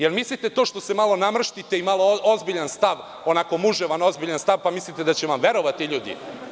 Da li mislite da to što se malo namrštite i malo ozbiljan stav, onako muževan ozbiljan stav, pa mislite da će vam verovati ljudi.